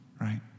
right